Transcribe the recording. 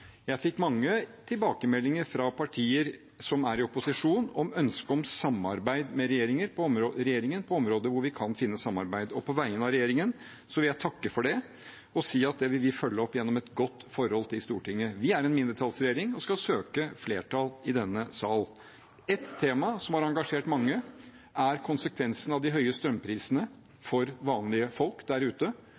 Jeg fikk mange tilbakemeldinger fra partier som er i opposisjon, med ønske om samarbeid med regjeringen på områder hvor vi kan finne samarbeid. På vegne av regjeringen vil jeg takke for det og si at det vil vi følge opp gjennom et godt forhold til Stortinget. Vi er en mindretallsregjering og skal søke flertall i denne sal. Et tema som har engasjert mange, er konsekvensen av de høye strømprisene for vanlige folk der ute,